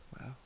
Wow